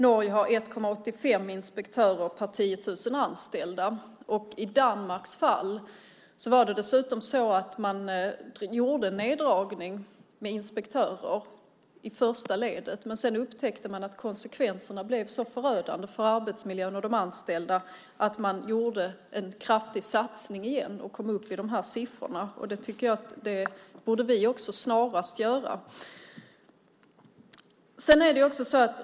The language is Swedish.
Norge har 1,85 inspektörer per 10 000 anställda. I Danmarks fall var det dessutom så att man gjorde en neddragning av inspektörer i första ledet, men sedan upptäckte man att konsekvenserna blev så förödande för arbetsmiljön och de anställda att man gjorde en kraftig satsning igen och kom upp i de här siffrorna. Det tycker jag att vi också snarast borde göra.